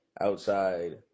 outside